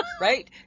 Right